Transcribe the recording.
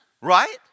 Right